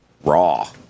raw